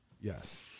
Yes